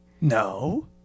No